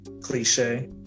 cliche